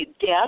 death